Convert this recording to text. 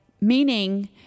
meaning